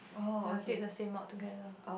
ya we take the same mod together